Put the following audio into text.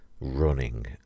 running